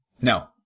No